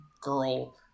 girl